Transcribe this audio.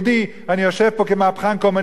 אני יושב פה כמהפכן קומוניסטי.